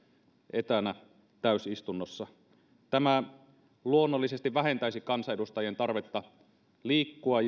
etänä täysistunnossa tämä luonnollisesti vähentäisi kansanedustajien tarvetta liikkua